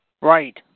Right